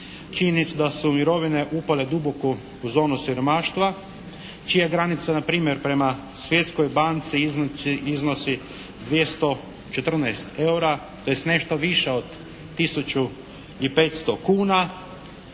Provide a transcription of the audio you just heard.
činjenicu da su mirovine upale duboko u zonu siromaštva čija je granica npr. prema Svjetskoj banci iznosi 214 eura tj. nešto više od tisuću